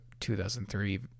2003